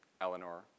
Eleanor